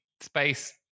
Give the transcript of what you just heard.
space